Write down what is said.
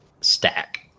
stack